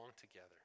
together